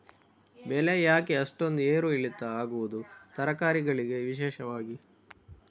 ಬೆಳೆ ಯಾಕೆ ಅಷ್ಟೊಂದು ಏರು ಇಳಿತ ಆಗುವುದು, ತರಕಾರಿ ಗಳಿಗೆ ವಿಶೇಷವಾಗಿ?